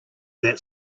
that